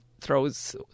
throws